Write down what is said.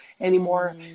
anymore